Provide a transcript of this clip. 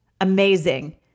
Amazing